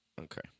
Okay